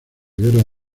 guerra